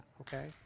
okay